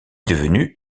devenu